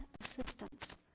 assistance